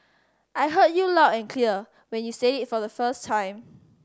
I heard you loud and clear when you said it for the first time